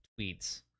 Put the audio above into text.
tweets